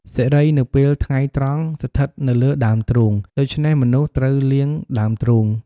សិរីនៅពេលថ្ងៃត្រង់ស្ថិតនៅលើដើមទ្រូង ដូច្នេះមនុស្សត្រូវលាងដើមទ្រូង។